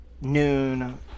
noon